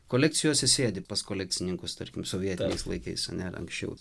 koalicijose sėdi pas kolekcininkus tarkim sovietiniais laikais ane ar anksčiau